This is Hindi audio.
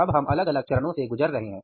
हम अब अलग अलग चरणों से गुजर रहे हैं